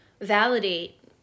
validate